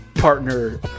partner